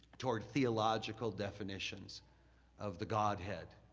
toward theological definitions of the god head,